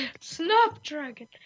Snapdragon